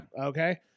Okay